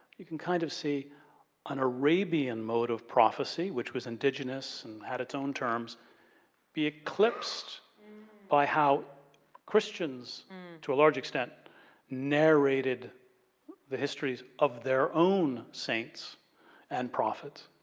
can kind of see an arabian mode of prophesy which was indigenous and had it's own terms be eclipsed by how questions to a large extent narrated the histories of their own saints and prophets.